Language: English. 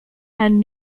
and